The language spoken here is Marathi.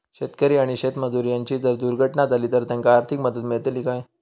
शेतकरी आणि शेतमजूर यांची जर दुर्घटना झाली तर त्यांका आर्थिक मदत मिळतली काय?